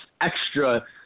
extra